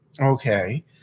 okay